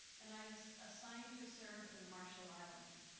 and i was assigned to serve in the marshall islands.